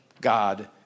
God